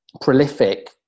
prolific